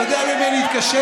אתה יודע למי אני אתקשר?